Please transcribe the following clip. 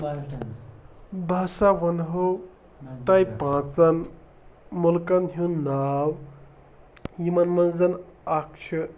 بہٕ ہسا وَنہو تۄہہِ پانٛژن مُلکن ہُنٛد ناو یِمن منٛز اکھ چھِ